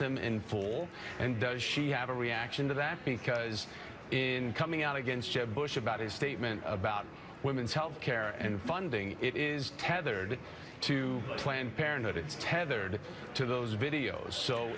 them in full and does she have a reaction to that because coming out against jeb bush about his statement about women's health care and funding is tethered to planned parenthood it's tethered to those videos so